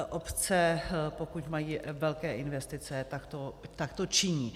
Obce, pokud mají velké investice, tak to činí.